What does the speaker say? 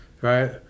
right